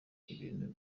ibintu